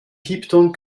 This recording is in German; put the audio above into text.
piepton